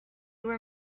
were